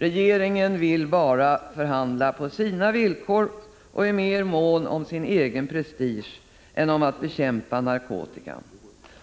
Regeringen vill bara förhandla på sina villkor och är mer mån om sin egen prestige än om att bekämpa narkotikan.